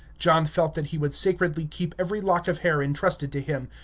john felt that he would sacredly keep every lock of hair intrusted to him,